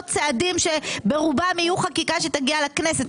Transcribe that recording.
צעדים שברובם תהיה חקיקה שתגיע לכנסת.